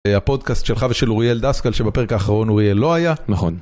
הפודקאסט שלך ושל אוריאל דסקל, שבפרק האחרון אוריאל לא היה, נכון.